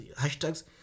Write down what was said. hashtags